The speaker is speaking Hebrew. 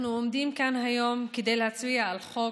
אנחנו עומדים כאן היום כדי להצביע על חוק,